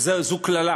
וזו קללה,